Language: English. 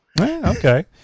Okay